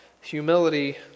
Humility